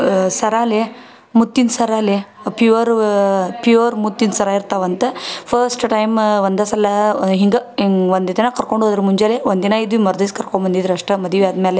ಸರ ಲೇ ಮುತ್ತಿನ ಸರ ಲೇ ಪ್ಯೂವರ್ವಾ ಪ್ಯೂವರ್ ಮುತ್ತಿನ ಸರ ಇರ್ತಾವಂತ ಫಸ್ಟ್ ಟೈಮ್ ಒಂದೇ ಸಲ ಹೀಗೆ ಹೀಗ್ ಒಂದೇದಿನ ಕರ್ಕೊಂಡು ಹೋದ್ರು ಮುಂಜಾನೆ ಒಂದು ದಿನ ಇದ್ವಿ ಮರುದಿವ್ಸ್ ಕರ್ಕೊಂಬಂದಿದ್ರು ಅಷ್ಟೇ ಮದ್ವೆ ಆದಮೇಲೆ